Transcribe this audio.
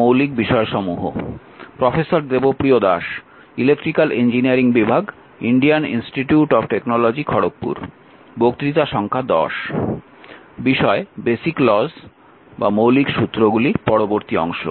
মৌলিক সুত্রগুলি পরবর্তী অংশ